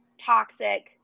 toxic